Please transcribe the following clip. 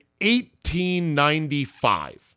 1895